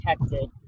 protected